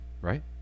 right